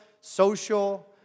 social